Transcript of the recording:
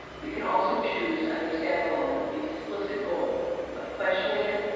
we can also choose to understand the law with the explicit goal of questioning it,